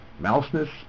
mouseness